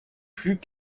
plus